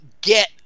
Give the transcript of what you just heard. get